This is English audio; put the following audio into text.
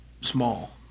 small